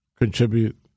contribute